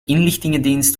inlichtingendienst